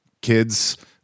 kids